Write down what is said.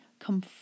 come